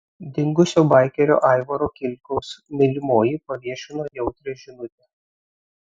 dingusio baikerio aivaro kilkaus mylimoji paviešino jautrią žinutę